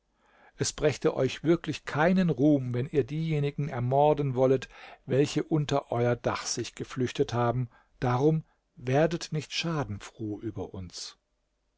es brächte euch wirklich keinen ruhm wenn ihr diejenigen ermorden wollet welche unter euer dach sich geflüchtet haben darum werdet nicht schadenfroh über uns